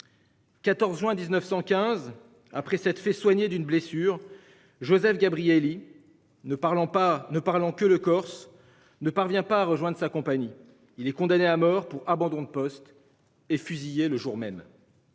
14 juin 1915 après s'être fait soigner d'une blessure. Joseph Gabrielli. Ne parlons pas, ne parlant que le Corse ne parvient pas à rejoindre sa compagnie. Il est condamné à mort pour abandon de poste et fusillé le jour même.